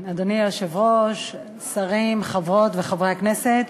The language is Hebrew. אדוני היושב-ראש, שרים, חברות וחברי הכנסת,